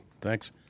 thanks